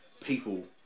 people